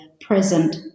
present